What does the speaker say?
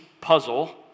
puzzle